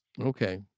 Okay